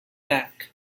back